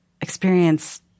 experience